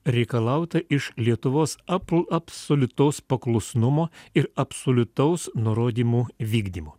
reikalauta iš lietuvos apu absoliutaus paklusnumo ir absoliutaus nurodymų vykdymo